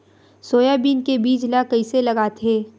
Soybean के बीज ल कइसे लगाथे?